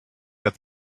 that